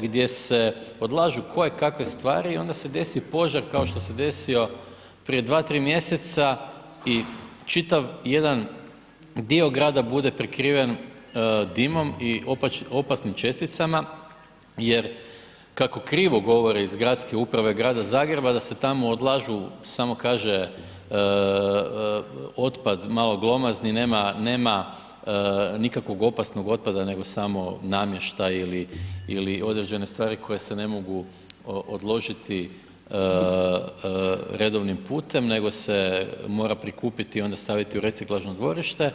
gdje se odlažu kojekakve stvari i onda se desi požar kao što se desio prije dva, tri mjeseca i čitav jedan dio grada bude prekriven dimom i opasnim česticama jer kako krivo govore iz Gradske uprave Grada Zagreba da se tamo odlažu samo kaže otpad malo glomazni, nema nikakvog opasnog otpada nego samo namještaj ili određene stvari koje se ne mogu odložiti redovnim putem nego se mora prikupiti i onda staviti u reciklažno dvorište.